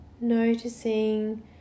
noticing